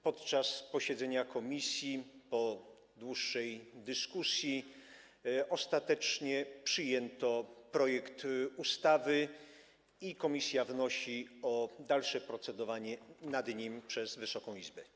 Podczas posiedzenia komisji po dłuższej dyskusji ostatecznie przyjęto projekt ustawy i komisja wnosi o dalsze procedowanie nad nim przez Wysoką Izbę.